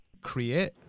create